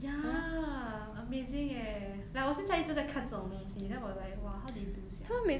ya amazing eh like 我现在一直在看这种东西 then 我 like !wah! how they do sia